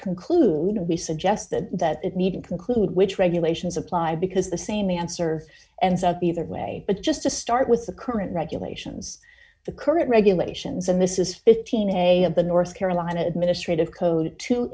conclude we suggested that it needed conclude which regulations apply because the same answer and south either way but just to start with the current regulations the current regulations and this is fifteen a of the north carolina administrative code t